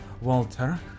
Walter